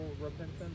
repentance